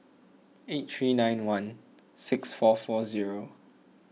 eight three nine one six four four zero